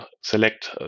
select